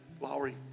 Lowry